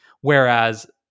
whereas